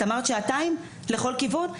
את אמרת שעתיים לכל כיוון?